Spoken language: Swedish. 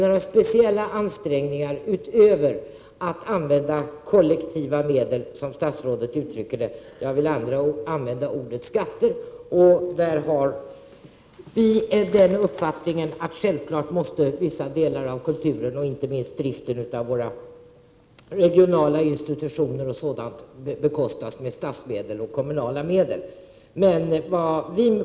Några speciella ansträngningar behöver inte göras utan man använder kollektiva medel, som statsrådet uttycker det — jag vill användå ordet skatter. Där har vi den uppfattningen att vissa delar av kulturen, inte minst driften av våra regionala institutioner, självfallet måste bekostas med statliga och kommunala medel.